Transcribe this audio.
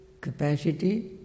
capacity